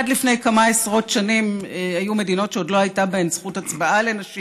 עד לפני כמה עשרות שנים היו מדינות שעוד לא הייתה בהן זכות הצבעה לנשים.